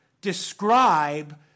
describe